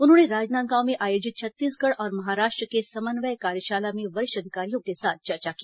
उन्होंने राजनांदगांव में आयोजित छत्तीसगढ़ और महाराष्ट्र के समन्वय कार्यशाला में वरिष्ठ अधिकारियों के साथ चर्चा की